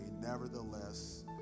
nevertheless